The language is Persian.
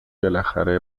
بالاخره